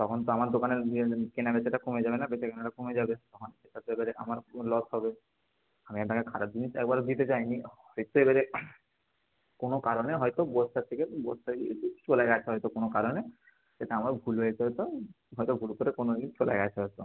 তখন তো আমার দোকানের কেনাবেচাটা কমে যাবে না বেচা কেনাটা কমে যাবে তখন সেটাতো এবারে আমার লস হবে আমি এখানে খারাপ জিনিস একবারও দিতে চাই নি হয়তো এবারে কোনো কারণে হয়তো বস্তা থেকে বস্তায় এদিক চলে গেছে হয়তো কোনো কারণে সেটা আমার ভুল হয়েছে হয়তো হয়তো ভুল করে কোনো দিন চলে গেছে হয়তো